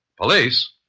Police